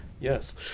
yes